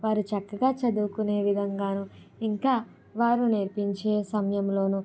వారు చక్కగా చదువుకునే విధంగాను ఇంకా వారు నేర్పించే సమయంలోను